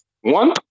One